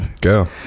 Go